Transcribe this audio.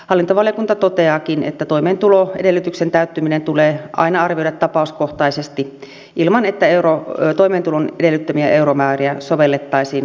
hallintovaliokunta toteaakin että toimeentuloedellytyksen täyttyminen tulee aina arvioida tapauskohtaisesti ilman että toimeentulon edellyttämiä euromääriä sovellettaisiin kaavamaisesti